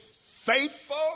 faithful